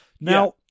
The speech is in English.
Now